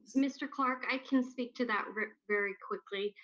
mr. clark, i can speak to that very quickly.